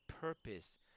purpose